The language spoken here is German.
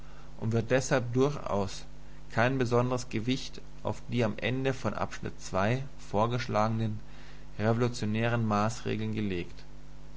und wird deshalb durchaus kein besonderes gewicht auf die am ende von abschnitt ii vorgeschlagenen revolutionären maßregeln gelegt